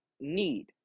need